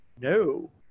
no